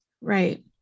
Right